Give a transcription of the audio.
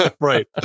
Right